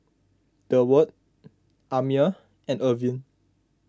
Durward Amiah and Irvin